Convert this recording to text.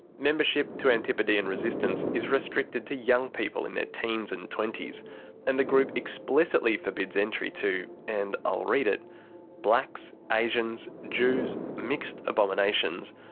membership to antipodean resistance is restricted to young people in their teens and twenties and the group explicitly forbids entry to and i'll read it blacks, asians, jews, mixed abominations,